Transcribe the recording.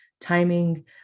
timing